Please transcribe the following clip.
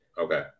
Okay